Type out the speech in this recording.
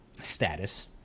status